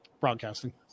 Broadcasting